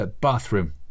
Bathroom